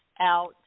out